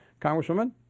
Congresswoman